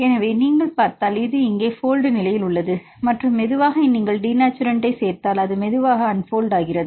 எனவே நீங்கள் பார்த்தால் இங்கே இது போல்ட் நிலையில் உள்ளது மற்றும் மெதுவாக நீங்கள் டினேச்சுரன்ட்டைச் சேர்த்தால் அது மெதுவாகக் அன்போல்டு ஆகிறது